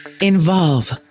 Involve